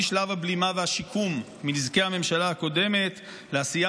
משלב הבלימה והשיקום מנזקי הממשלה הקודמת לעשייה